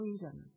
freedom